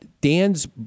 Dan's